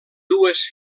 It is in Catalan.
dues